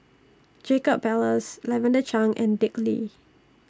Jacob Ballas Lavender Chang and Dick Lee